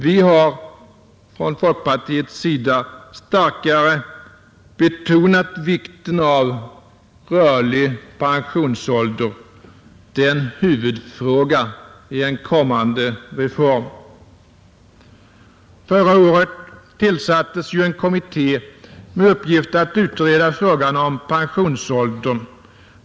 Vi har från folkpartiets sida starkare betonat vikten av rörlig pensionsälder — det är en huvudfråga i en kommande reform. Förra året tillsattes en kommitté med uppgift att utreda frågan om pensionsåldern.